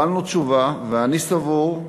ואני סבור,